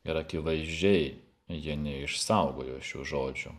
ir akivaizdžiai ji neišsaugojo šių žodžių